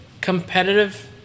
competitive